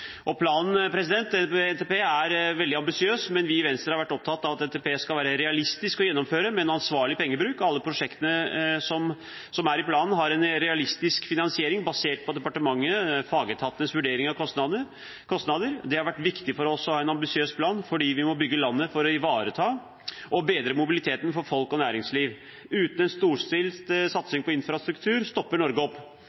i planen, har en realistisk finansiering basert på departementets og fagetatenes vurdering av kostnader. Det har vært viktig for oss å ha en ambisiøs plan, fordi vi må bygge landet for å ivareta og bedre mobiliteten for folk og næringsliv. Uten en storstilt